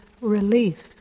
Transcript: relief